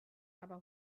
aber